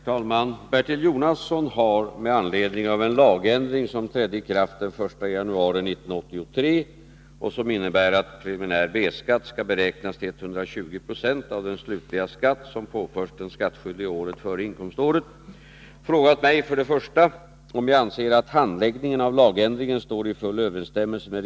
Sedan den 1 januari i år gäller nya regler beträffande debiteringen av preliminär B-skatt. Det nya är att den preliminära B-skatten, skall debiteras med 120 96 av den skatt som debiterats på föregående års slutskattsedel, i stället för som tidigare med sanima belopp som ifrågavarande slutskatt.